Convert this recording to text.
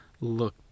look